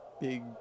big